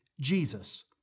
Jesus